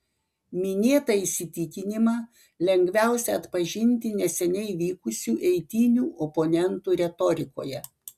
minėtą įsitikinimą lengviausia atpažinti neseniai vykusių eitynių oponentų retorikoje